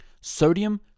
Sodium